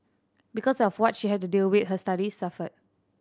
because of what she had to deal with her studies suffered